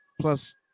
plus